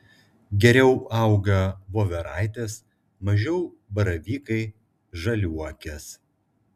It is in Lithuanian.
geriau auga voveraitės mažiau baravykai žaliuokės